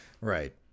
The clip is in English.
Right